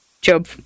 Job